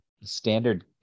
standard